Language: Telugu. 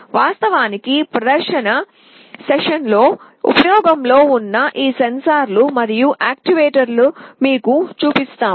వాస్తవానికి ప్రదర్శన సెషన్లలో ఉపయోగంలో ఉన్న ఈ సెన్సార్లు మరియు యాక్యుయేటర్లను మేము మీకు చూపిస్తాము